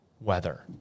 weather